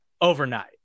overnight